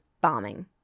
bombing